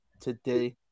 today